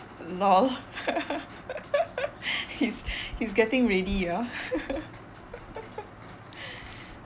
lol he's he's getting ready ah